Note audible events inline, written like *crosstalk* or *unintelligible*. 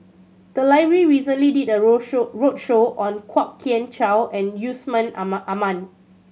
the library recently did a roadshow roadshow on Kwok Kian Chow and Yusman *unintelligible* Aman